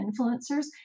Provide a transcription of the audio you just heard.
influencers